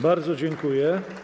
Bardzo dziękuję.